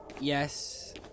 Yes